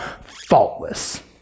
faultless